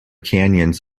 canyons